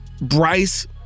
bryce